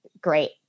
great